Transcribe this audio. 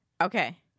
Okay